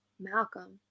malcolm